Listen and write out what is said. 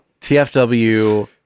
TFW